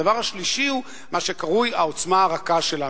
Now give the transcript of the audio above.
הדבר השלישי הוא מה שקרוי העוצמה הרכה שלנו.